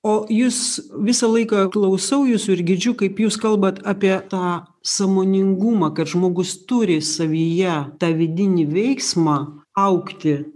o jūs visą laiką klausau jūsų ir girdžiu kaip jūs kalbat apie tą sąmoningumą kad žmogus turi savyje tą vidinį veiksmą augti